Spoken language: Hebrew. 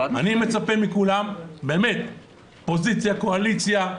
אני מצפה מכולם, אופוזיציה, קואליציה,